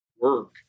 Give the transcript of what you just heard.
work